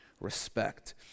respect